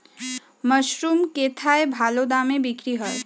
Mushroom কেথায় ভালোদামে বিক্রয় হয়?